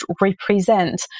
represent